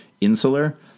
insular